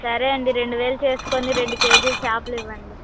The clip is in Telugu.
సరే అండి రెండువేలు చేసుకుని రెండు కేజీలు చేపలు ఇవ్వండి